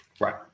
Right